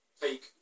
take